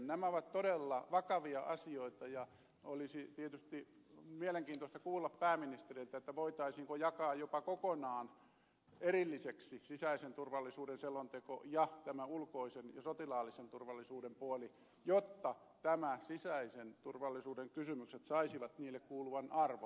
nämä ovat todella vakavia asioita ja olisi tietysti mielenkiintoista kuulla pääministeriltä voitaisiinko jakaa jopa kokonaan erillisiksi sisäisen turvallisuuden selonteko ja tämä ulkoisen ja sotilaallisen turvallisuuden puoli jotta nämä sisäisen turvallisuuden kysymykset saisivat niille kuuluvan arvon